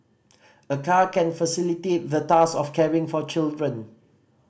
a car can facilitate the task of caring for children